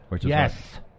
Yes